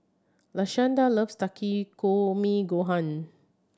Lashanda loves Takikomi Gohan